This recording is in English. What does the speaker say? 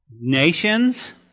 Nations